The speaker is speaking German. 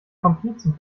komplizen